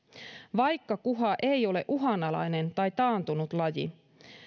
vaikka kuha ei ole uhanalainen tai taantunut laji